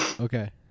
okay